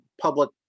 public